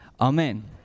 Amen